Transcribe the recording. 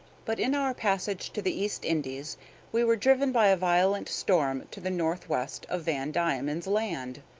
but in our passage to the east indies we were driven by a violent storm to the north-west of van diemen's land.